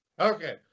Okay